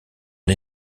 est